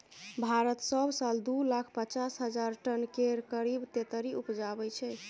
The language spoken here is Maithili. भारत सब साल दु लाख पचास हजार टन केर करीब तेतरि उपजाबै छै